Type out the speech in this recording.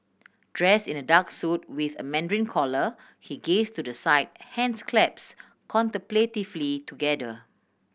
dress in a dark suit with a mandarin collar he gaze to the side hands claps contemplatively together